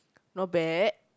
not bad